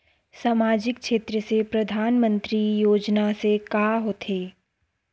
सामजिक क्षेत्र से परधानमंतरी योजना से का होथे?